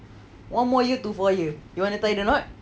one more year to four year you want to tie the knot